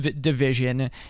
division